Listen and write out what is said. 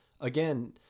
again